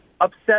upset